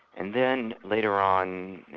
and then later on,